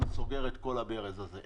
אני סוגר את כל הברז הזה.